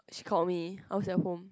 she called me I was at home